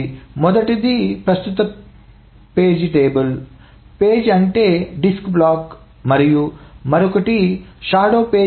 మొదటిది ప్రస్తుత పేజీ పట్టిక పేజీ అంటే డిస్క్ బ్లాక్ మరియు మరొకటి షాడో పేజీ పట్టిక